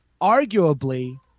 arguably